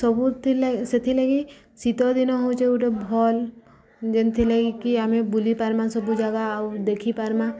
ସବୁଥିଲା ସେଥିଲାଗି ଶୀତ ଦିନ ହଉଚେ ଗୋଟେ ଭଲ୍ ଯେନ୍ଥିଲାଗି କିି ଆମେ ବୁଲି ପାର୍ମା ସବୁ ଜାଗା ଆଉ ଦେଖିପାର୍ମା